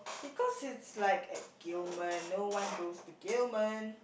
because it's like at Gillman no one goes to Gillman